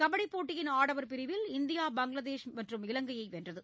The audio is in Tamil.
கபடிபோட்டியின் ஆடவர் பிரிவில் இந்தியா பங்களாதேஷ் மற்றும் இலங்கையைவென்றது